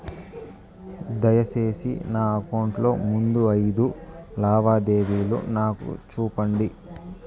దయసేసి నా అకౌంట్ లో ముందు అయిదు లావాదేవీలు నాకు చూపండి